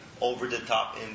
over-the-top